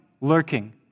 lurking